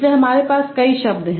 इसलिए हमारे पास कई शब्द हैं